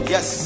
Yes